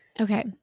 Okay